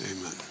Amen